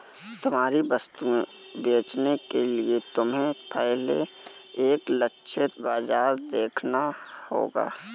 तुम्हारी वस्तुएं बेचने के लिए तुम्हें पहले एक लक्षित बाजार देखना होगा